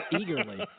eagerly